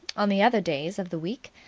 on the other days of the week,